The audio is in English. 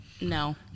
No